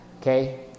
okay